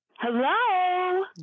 Hello